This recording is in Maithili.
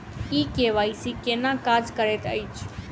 ई के.वाई.सी केना काज करैत अछि?